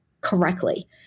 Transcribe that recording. correctly